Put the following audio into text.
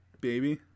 baby